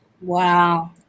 Wow